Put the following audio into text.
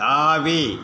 தாவி